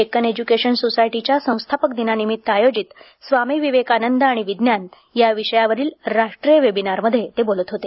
Deccan education सोसायटीच्या संस्थापक दिनानिमित्त आयोजित स्वामी विवेकानंद आणि विज्ञान या विषयावरील राष्ट्रीय वेबिनारमध्ये ते बोलत होते